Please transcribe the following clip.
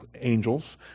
angels